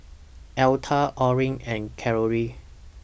Electa Orrin and Carolee